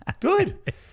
Good